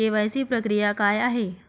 KYC प्रक्रिया काय आहे?